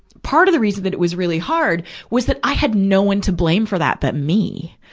part of the reason that it was really hard was that i had no one to blame for that but me,